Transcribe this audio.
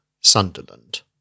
Sunderland